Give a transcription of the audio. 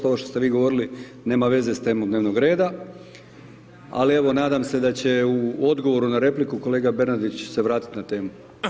Ovo što ste vi govorili nema veze sa temom dnevnog reda ali evo nadam se da će u odgovoru na repliku kolega Bernardić se vratiti na temu.